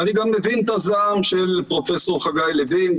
ואני גם מבין את הזעם של פרופ' חגי לוין,